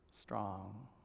strong